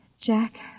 Jack